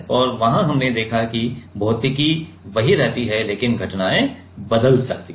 और वहाँ हमने देखा है कि भौतिकी वही रहती है लेकिन घटनाएँ बदल सकती हैं